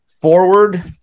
forward